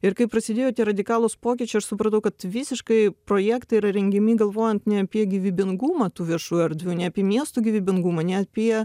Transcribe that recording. ir kai prasidėjo tie radikalūs pokyčiai aš supratau kad visiškai projektai yra rengiami galvojant ne apie gyvybingumą tų viešų erdvių ne apie miestų gyvybingumą ne apie